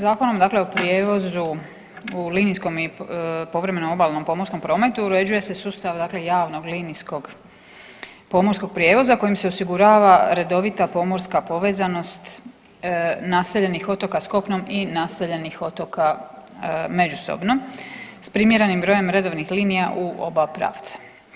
Zakonom dakle o prijevozu u linijskom i povremenom obalnom pomorskom prometu uređuje se sustav dakle javnog linijskog pomorskog prijevoza kojim se osigurava redovita pomorska povezanost naseljenih otoka s kopnom i naseljenih otoka međusobno s primjerenim brojem redovnih linija u oba pravca.